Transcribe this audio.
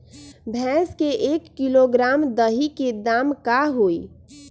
भैस के एक किलोग्राम दही के दाम का होई?